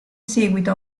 seguito